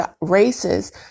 races